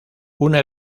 una